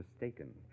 mistaken